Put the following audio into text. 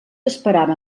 esperava